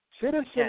Citizen